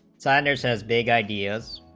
sun and is as big ideas,